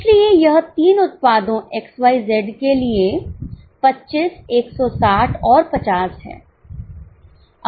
इसलिए यह 3 उत्पादों X Y Z के लिए 25 160 और 50 है